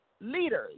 leaders